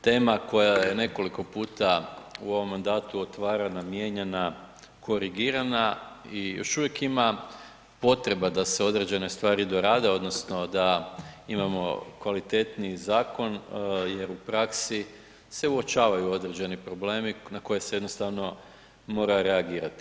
Tema koja je nekoliko puta u ovom mandatu otvarana, mijenjana, korigirana i još uvijek ima potrebe da se određene stvari dorade odnosno da imamo kvalitetniji zakon jer u praksi se uočavaju određeni problemi na koje se jednostavno mora reagirati.